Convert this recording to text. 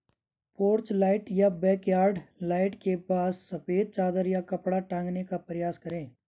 porch light या backyard light के पास सफेद चादर या कपड़ा टांगने का प्रयास करें